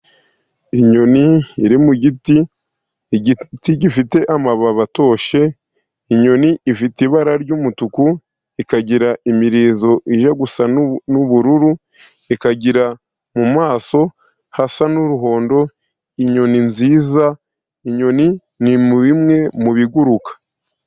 Inyoni iri mu giti igiti gifite amababi atoshye, inyoni ifite ibara ry'umutuku ikagira imirizo ijya gusa n'ubururu, ikagira mu maso hasa n'umuhondo, inyoni nziza inyoni ni bimwe mu biguruka.